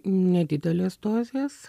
nedidelės dozės